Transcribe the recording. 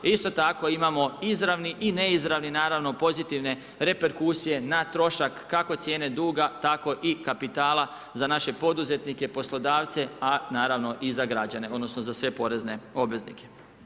Isto tako imamo izravni i neizravni naravno pozitivne reperkusije na trošak kako cijene duga tako i kapitala za naše poduzetnike, poslodavce a naravno i za građane odnosno za sve porezne obveznike.